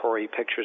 pictures